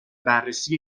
بررسی